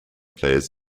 players